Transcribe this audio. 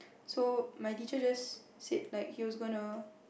so my teacher just said like he was gonna